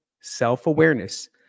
self-awareness